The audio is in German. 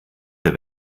der